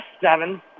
seven